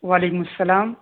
وعلیکم السلام